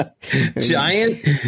Giant